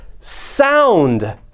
sound